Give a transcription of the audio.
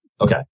Okay